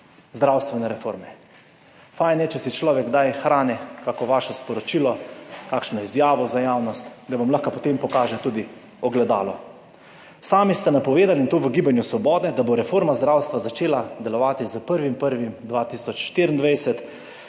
zdravstvene reforme. Fajn je, če si človek kdaj hrani kakšno vaše sporočilo, kakšno izjavo za javnost, da vam lahko potem pokaže tudi ogledalo. Sami ste napovedali, in to v Gibanju Svoboda, da bo reforma zdravstva začela delovati 1. 1. 2024.